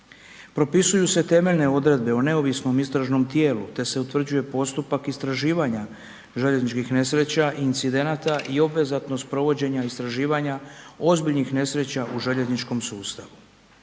Propisuju se temeljne odredbe o neovisnom istražnom tijelu te se utvrđuje postupak istraživanja željezničkih nesreća i incidenata i obvezatnost provođenja istraživanja ozbiljnih nesreća u željezničkom sustavu.